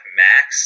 max